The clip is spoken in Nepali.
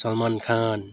सलमान खान